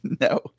No